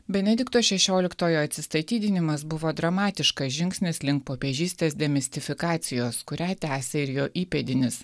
benedikto šešioliktojo atsistatydinimas buvo dramatiškas žingsnis link popiežystės demistifikacijos kurią tęsia ir jo įpėdinis